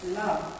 love